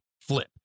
flip